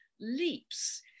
leaps